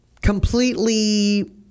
completely